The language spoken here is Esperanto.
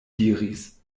diris